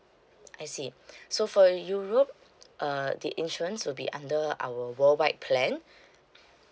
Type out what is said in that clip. I see so for europe uh the insurance will be under our worldwide plan